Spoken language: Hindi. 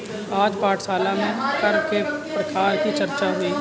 आज पाठशाला में कर के प्रकार की चर्चा हुई